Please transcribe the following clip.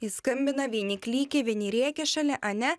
jis skambina vieni klykia vieni rėkia šalia ane